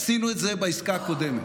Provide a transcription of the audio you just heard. עשינו את זה בעסקה הקודמת.